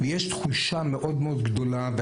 יש תחושה מאוד מאוד גדולה,